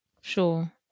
sure